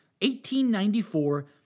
1894